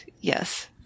yes